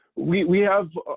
we we have,